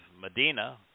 Medina